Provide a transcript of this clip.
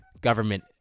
government